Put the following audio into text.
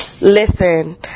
Listen